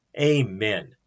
amen